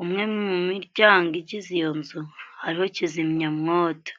umwe mu miryango ingize iyo nzu hariho kizimyamwoto.